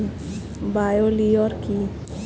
Bio লিওর কি?